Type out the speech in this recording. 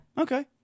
Okay